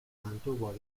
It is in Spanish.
mantuvo